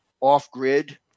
off-grid